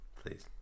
please